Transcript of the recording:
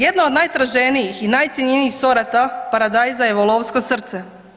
Jedna od najtraženijih i najcjenjenijih sorata paradajza je volovsko srce.